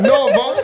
Nova